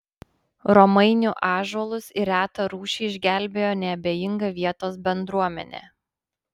romainių ąžuolus ir retą rūšį išgelbėjo neabejinga vietos bendruomenė